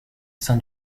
sein